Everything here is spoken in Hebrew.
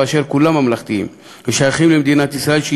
באשר כולם ממלכתיים ושייכים למדינת ישראל,